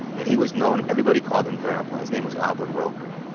and he was known everybody called him grandpa. his name was albert roker.